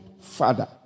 father